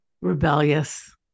rebellious